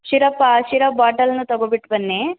syrup ಆ syrup ಬಾಟಲ್ನೂ ತಗೋಬಿಟ್ಟು ಬನ್ನಿ